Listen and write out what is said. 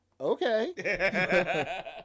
Okay